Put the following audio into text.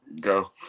Go